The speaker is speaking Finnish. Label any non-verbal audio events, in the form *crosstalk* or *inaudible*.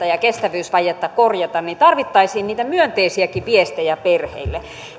*unintelligible* ja kestävyysvajetta korjata niin tarvittaisiin niitä myönteisiäkin viestejä perheille